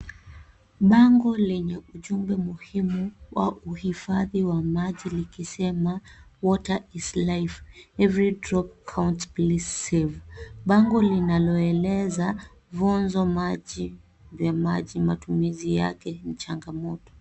Bango lenye ujumbe muhimu wa uhifadhi wa maji likisema water is life, every drop counts please safe . Bango linaloeleza vyonzo vya maji, matumizi yake na changamoto.